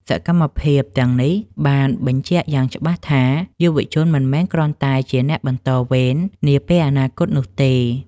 សកម្មភាពទាំងនេះបានបញ្ជាក់យ៉ាងច្បាស់ថា យុវជនមិនមែនគ្រាន់តែជាអ្នកបន្តវេននាពេលអនាគតនោះទេ។